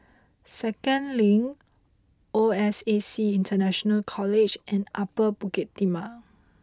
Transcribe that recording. Second Link O S A C International College and Upper Bukit Timah